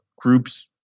groups